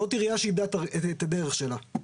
זאת עירייה שאיבדה את הדרך שלה.